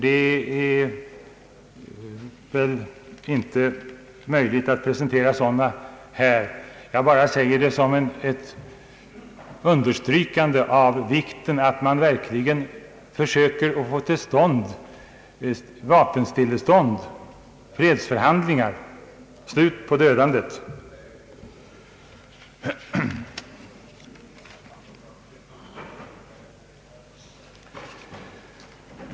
Det är väl inte möjligt att här presentera en sådan. Jag bara säger det som ett understrykande av vikten att man verkligen försöker åstadkomma vapenstillestånd, fredsförhandlingar och slut på dödandet.